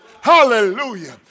Hallelujah